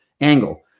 angle